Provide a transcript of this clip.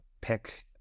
pick